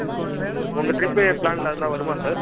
okay sir உங்கள் trip பிளானில் அதுலாம் வருமா சார்